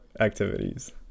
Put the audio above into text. activities